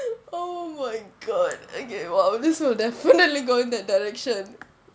oh my god okay !wow! this will definitely go in that direction